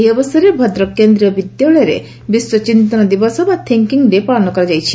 ଏହି ଅବସରରେ ଭଦ୍ରକ କେନ୍ଦ୍ରୀୟ ବିଦ୍ୟାଳୟରେ ବିଶ୍ୱ ଚିନ୍ତନ ଦିବସ ବା ଥିଙ୍କିଙ୍ଙ୍ ଡେ ପାଳନ ହୋଇଯାଇଛି